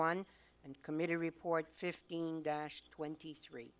one and committee report fifteen dash twenty three